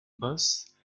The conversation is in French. bosse